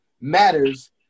matters